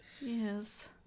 yes